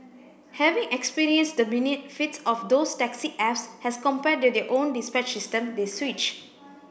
having experienced the benefits of those taxi apps as compared to their own dispatch system they switch